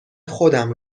خودم